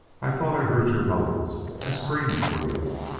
i thought i heard your motors i screamed for you